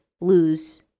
lose